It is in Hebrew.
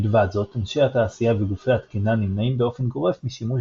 מלבד זאת אנשי התעשייה וגופי התקינה נמנעים באופן גורף משימוש